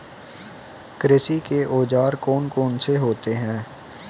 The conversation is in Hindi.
कृषि के औजार कौन कौन से होते हैं?